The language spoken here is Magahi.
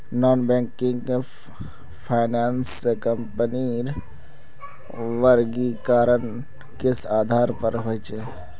नॉन बैंकिंग फाइनांस कंपनीर वर्गीकरण किस आधार पर होचे?